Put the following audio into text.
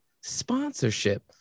sponsorship